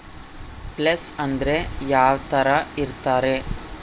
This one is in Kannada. ಪ್ಲೇಸ್ ಅಂದ್ರೆ ಯಾವ್ತರ ಇರ್ತಾರೆ?